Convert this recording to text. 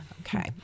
okay